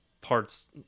parts